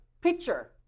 picture